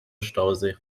stausee